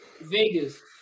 Vegas